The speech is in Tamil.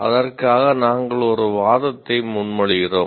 அதற்காக நாங்கள் ஒரு வாதத்தை முன்மொழிகிறோம்